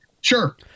sure